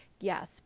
Yes